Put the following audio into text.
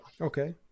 Okay